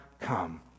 come